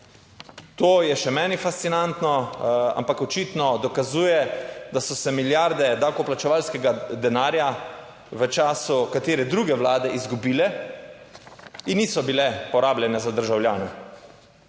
To je še meni fascinantno, ampak očitno dokazuje, da so se milijarde davkoplačevalskega denarja v času katere druge vlade izgubile in niso bile porabljene za državljane.